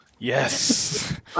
Yes